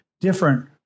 different